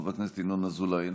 חבר הכנסת ינון אזולאי,